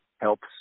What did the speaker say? helps